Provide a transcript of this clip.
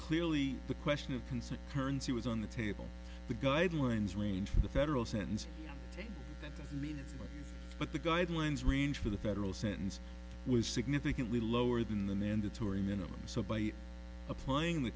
clearly the question of peace it turns he was on the table the guidelines range for the federal sentencing me but the guidelines range for the federal sentence was significantly lower than the mandatory minimum so by applying the